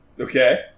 Okay